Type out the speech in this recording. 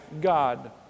God